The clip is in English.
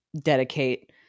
dedicate